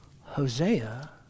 Hosea